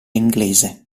inglese